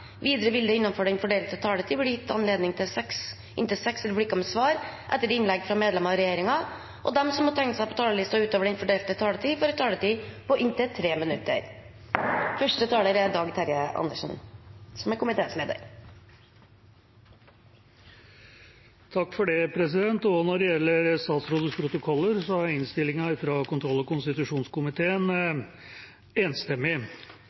Videre vil det – innenfor den fordelte taletid – bli gitt anledning til inntil seks replikker med svar etter innlegg fra medlemmer av regjeringen, og de som måtte tegne seg på talerlisten utover den fordelte taletid, får en taletid på inntil 3 minutter. Også når det gjelder statsrådets protokoller, er innstillinga fra kontroll- og konstitusjonskomiteen enstemmig.